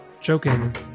joking